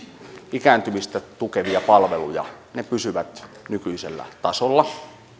ikääntymistä tukevat palvelut pysyvät nykyisellä tasolla